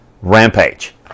rampage